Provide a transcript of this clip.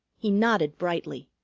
he nodded brightly.